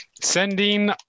sending